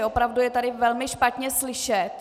Opravdu je tady velmi špatně slyšet.